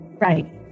Right